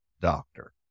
doctor